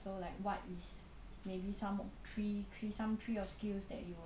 so like what is maybe some three three some three of skills that you